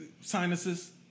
sinuses